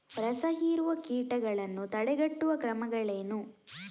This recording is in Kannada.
ರಸಹೀರುವ ಕೀಟಗಳನ್ನು ತಡೆಗಟ್ಟುವ ಕ್ರಮಗಳೇನು?